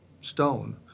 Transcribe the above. stone